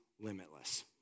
limitless